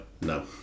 no